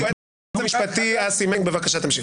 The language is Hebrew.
אדוני היועץ המשפטי אסי מסינג, בבקשה תמשיך.